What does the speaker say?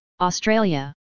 Australia